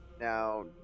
Now